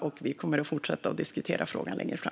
Vi kommer som sagt att fortsätta att diskutera frågan längre fram.